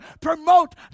promote